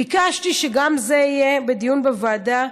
ביקשתי שגם זה יהיה בדיון בוועדה.